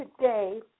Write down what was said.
today